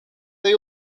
they